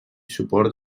suport